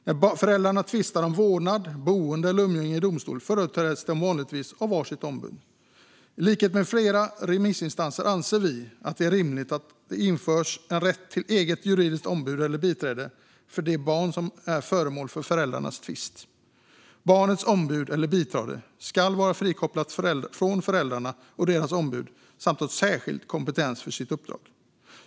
När föräldrarna tvistar om vårdnad, boende eller umgänge i domstol företräds de vanligtvis av var sitt ombud. I likhet med flera remissinstanser anser vi att det är rimligt att det införs en rätt till eget juridiskt ombud eller biträde för det barn som är föremål för föräldrarnas tvist. Barnets ombud eller biträde ska vara frikopplat från föräldrarna och deras ombud samt ha särskild kompetens för sitt uppdrag.